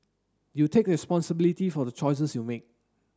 you take responsibility for the choices you make